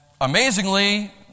Amazingly